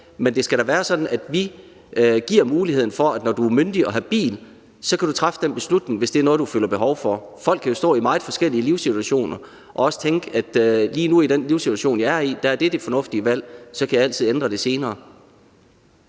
Men det skal da være sådan, at vi giver mulighed for, at når du er myndig og habil, kan du træffe den beslutning, hvis det er noget, du føler behov for. Folk kan jo stå i meget forskellige livssituationer og også tænke: Lige nu, i den livssituation, jeg er i, er det det fornuftige valg – så kan jeg altid ændre det senere.